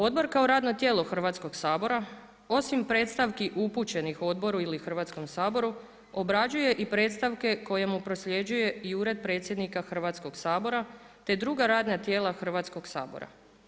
Odbor kao radno tijelo Hrvatskog sabora osim predstavki upućenih odboru ili Hrvatskom saboru obrađuje i predstavke koje mu prosljeđuje i ured predsjednika Hrvatskog sabora, te druga radna tijela Hrvatskog sabora.